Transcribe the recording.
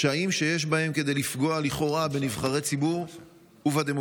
פשעים שיש בהם כדי לפגוע לכאורה בנבחרי ציבור ובדמוקרטיה.